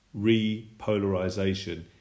repolarization